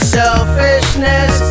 selfishness